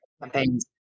campaigns